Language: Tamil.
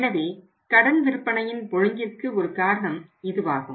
எனவே கடன் விற்பனையின் ஒழுங்கிற்கு ஒரு காரணம் இதுவாகும்